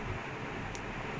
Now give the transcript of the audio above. darryl still in jail right